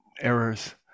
errors